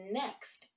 next